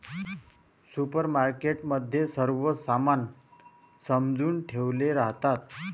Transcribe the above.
supermarket मध्ये सर्व सामान सजवुन ठेवले राहतात